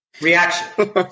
reaction